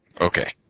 Okay